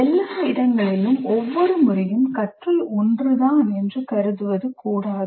எல்லா இடங்களிலும் ஒவ்வொரு முறையும் கற்றல் ஒன்றுதான் என்று கருதுவது கூடாது